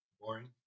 boring